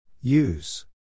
Use